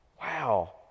Wow